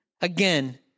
Again